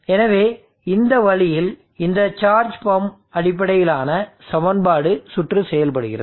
எனவே இந்த வழியில் இந்த சார்ஜ் பம்ப் அடிப்படையிலான சமன்பாடு சுற்று செயல்படுகிறது